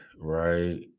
right